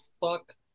fuck